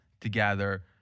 together